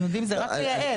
אתם יודעים, זה רק לייעל.